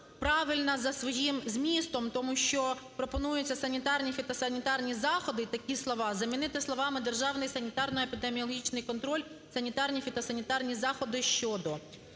правильна за своїм змістом, тому що пропонується "санітарні, фітосанітарні заходи…" такі слова замінити словами "державний санітарно-епідеміологічний контроль, санітарні, фітосанітарні заходи щодо".